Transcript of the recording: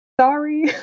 Sorry